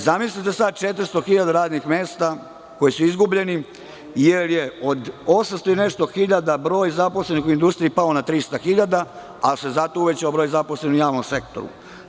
Zamislite sad 400 hiljada radnih mesta koji su izgubljeni jer je od 800 i nešto hiljada broj zaposlenih u industriji pao na trista hiljada, ali se zato uvećao broj zaposlenih u javnom sektoru.